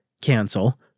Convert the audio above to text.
Cancel